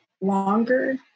longer